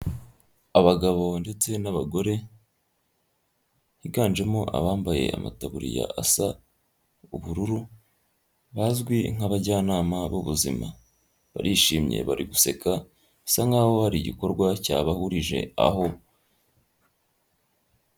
Abagabo ndetse n'abagore, higanjemo abambaye amatabuririya asa ubururu, bazwi nk'abajyanama b'ubuzima. Barishimye bari guseka, bisa nk'aho hari igikorwa cyabahurije aho.